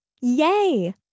Yay